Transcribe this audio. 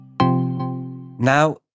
Now